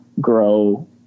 grow